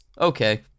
Okay